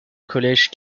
collège